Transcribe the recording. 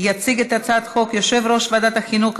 יציג את הצעת החוק יושב-ראש ועדת החינוך,